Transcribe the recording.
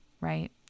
right